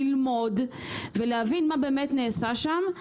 ללמוד ולהבין מה באמת נעשה שם.